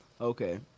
Okay